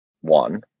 one